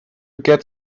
get